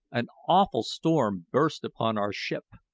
an awful storm burst upon our ship.